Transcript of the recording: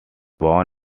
born